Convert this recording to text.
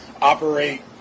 operate